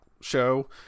show